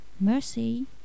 Mercy